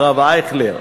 הרב אייכלר,